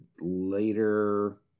later